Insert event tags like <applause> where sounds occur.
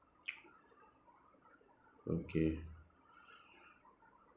<noise>